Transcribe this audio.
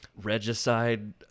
regicide